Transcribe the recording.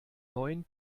neuen